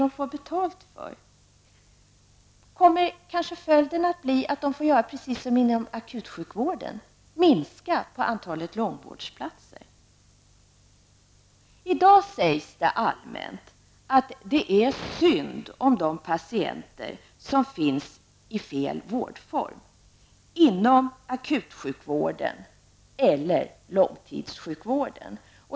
Det går ju bara att ha så många platser som kommunerna får betalt för. Blir följden densamma som inom akutsjukvården, att man måste minska antalet långvårdsplatser? I dag sägs det allmänt att det är synd om de patienter som finns i fel vårdform inom akutsjukvården eller långtidssjukvården.